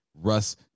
Russ